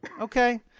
Okay